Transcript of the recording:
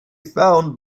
found